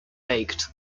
baked